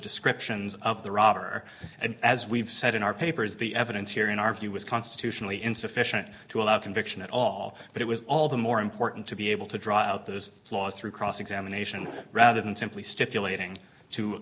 descriptions of the robber and as we've said in our papers the evidence here in our view was constitutionally insufficient to allow conviction at all but it was all the more important to be able to draw out those flaws through cross examination rather than simply stipulating to